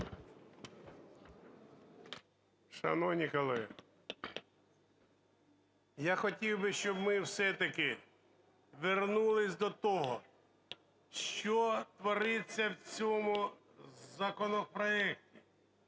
Шановні колеги, я хотів би, щоб ми все-таки вернулись до того, що твориться в цьому законопроекті.